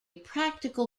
practical